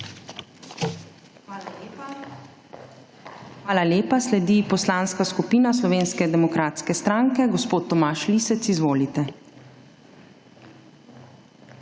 ZUPANČIČ: Hvala lepa. Sledi Poslanska skupina Slovenske demokratske stranke. Gospod Tomaž Lisec, izvolite.